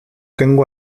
tengo